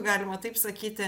galima taip sakyti